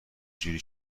جوری